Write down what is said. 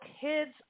kids